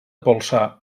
polsar